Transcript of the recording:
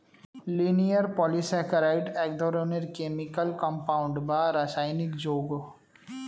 linear polysaccharide এক ধরনের chemical compound বা রাসায়নিক যৌগ